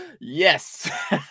Yes